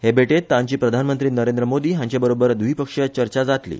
हे भेटेत तांची प्रधानमंत्री नरेंद्र मोदी हांचे बरोबर व्दिपक्षीय चर्चा जातली